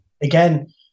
again